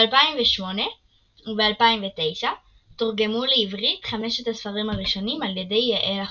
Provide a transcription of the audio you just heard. ב-2008 ו-2009 תורגמו לעברית חמשת הספרים הראשונים על ידי יעל אכמון.